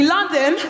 London